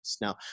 Now